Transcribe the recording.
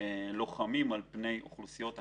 לוחמים על-פני אוכלוסיות אחרות.